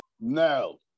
no